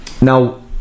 now